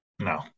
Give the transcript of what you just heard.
No